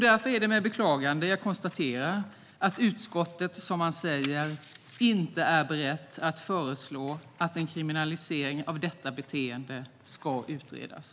Därför är det med beklagande som jag konstaterar att utskottet är, som man säger, "inte berett att föreslå att en kriminalisering av detta beteende ska utredas".